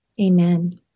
Amen